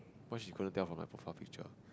cause she couldn't tell from my profile picture